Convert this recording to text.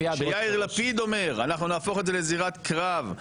כשיאיר לפיד אומר "אנחנו נהפוך את זה לזירת קרב".